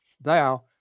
thou